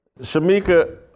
Shamika